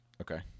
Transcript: okay